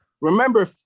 Remember